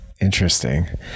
Interesting